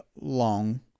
long